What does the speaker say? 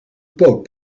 poot